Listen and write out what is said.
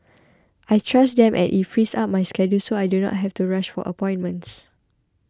I trust them and it frees up my schedule so I do not have to rush for appointments